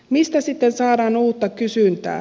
mistä sitten saadaan uutta kysyntää